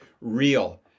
real